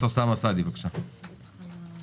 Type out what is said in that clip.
תודה רבה.